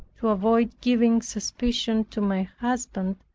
to avoid giving suspicion to my husband,